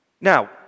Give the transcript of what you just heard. Now